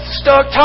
stuck